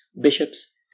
bishops